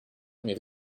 mais